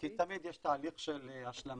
כי תמיד יש תהליך של השלמה,